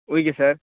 okay sir